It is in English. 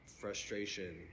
frustration